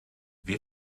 wir